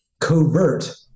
covert